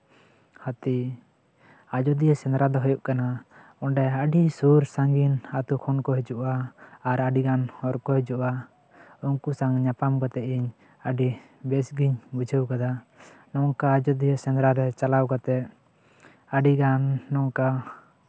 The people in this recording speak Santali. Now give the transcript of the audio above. ᱦᱟᱹᱛᱤ ᱟᱡᱳᱫᱤᱭᱟᱹ ᱥᱮᱸᱫᱽᱨᱟ ᱫᱚ ᱦᱳᱭᱳᱜ ᱠᱟᱱᱟ ᱚᱸᱰᱮ ᱟᱹᱰᱤ ᱥᱳᱨ ᱥᱟᱺᱜᱤᱧ ᱟᱛᱳ ᱠᱷᱚᱱ ᱠᱚ ᱦᱤᱡᱩᱜᱼᱟ ᱟᱨ ᱟᱹᱰᱤᱜᱟᱱ ᱦᱚᱲ ᱠᱚ ᱦᱤᱡᱩᱜᱼᱟ ᱩᱱᱠᱩ ᱥᱟᱝ ᱧᱟᱯᱟᱢ ᱠᱟᱛᱮᱜ ᱤᱧ ᱟᱹᱰᱤ ᱵᱮᱥ ᱜᱤᱧ ᱵᱩᱡᱷᱟᱹᱣ ᱠᱟᱫᱟ ᱱᱚᱝᱠᱟ ᱟᱡᱳᱫᱤᱭᱟᱹ ᱥᱮᱸᱫᱽᱨᱟ ᱨᱮ ᱪᱟᱞᱟᱣ ᱠᱟᱛᱮᱜ ᱟᱹᱰᱤᱜᱟᱱ ᱱᱚᱝᱠᱟ